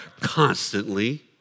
constantly